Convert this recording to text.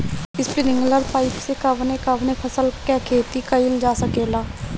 Sprinkler pipe से कवने कवने फसल क खेती कइल जा सकेला?